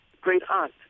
great-aunt